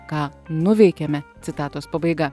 ką nuveikėme citatos pabaiga